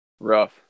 Rough